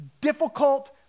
difficult